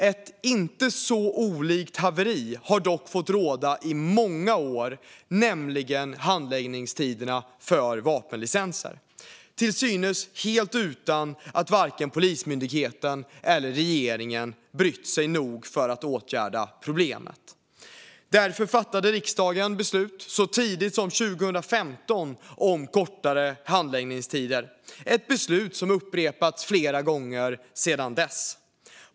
Ett inte så olikt haveri har dock fått råda i många år, nämligen i handläggningstiderna för vapenlicenser, till synes helt utan att vare sig Polismyndigheten eller regeringen brytt sig nog för att åtgärda problemet. Därför fattade riksdagen så tidigt som 2015 beslut om kortare handläggningstider, ett beslut som upprepats flera gånger sedan dess.